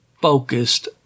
focused